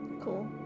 Cool